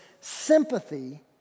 sympathy